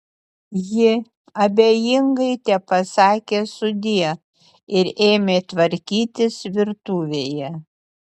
ji abejingai tepasakė sudie ir ėmė tvarkytis virtuvėje